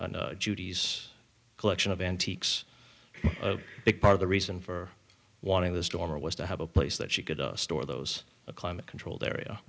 judy's collection of antiques a big part of the reason for wanting the store was to have a place that she could store those a climate controlled area